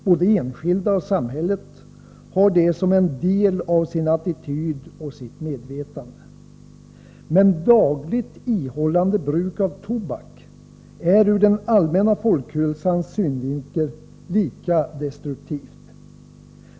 Både enskilda och samhället har detta som en del av sin attityd och sitt medvetande. Men dagligt, ihållande bruk av tobak är ur den allmänna folkhälsans synvinkel lika destruktivt.